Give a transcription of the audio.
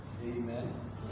Amen